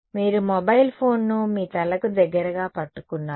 మీరు mobile phone ను మీ తలకు దగ్గరగా పట్టుకున్నారు